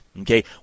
okay